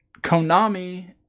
Konami